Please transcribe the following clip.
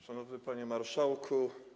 Szanowny Panie Marszałku!